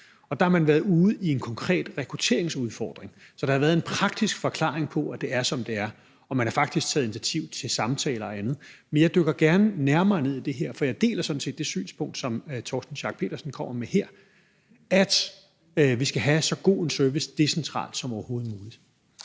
og der har man været ude i en konkret rekrutteringsudfordring. Så der har været en praktisk forklaring på, at det er, som det er, og man har faktisk taget initiativ til samtaler og andet. Men jeg dykker gerne nærmere ned i det her. For jeg deler sådan set det synspunkt, som hr. Torsten Schack Pedersen kommer med her, om, at vi skal have så god en service decentralt som overhovedet muligt.